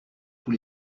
tous